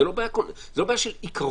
זו לא בעיה של עיקרון.